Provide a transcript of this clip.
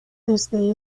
desde